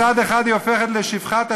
מצד אחד היא הופכת לשפחת השלטון,